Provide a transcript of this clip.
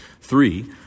Three